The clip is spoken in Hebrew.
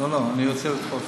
היה בסדר-היום.